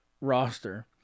roster